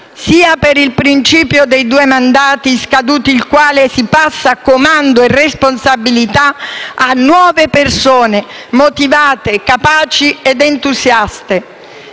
per il principio dei due mandati, scaduti i quali il comando e la responsabilità passano a nuove persone motivate, capaci ed entusiaste.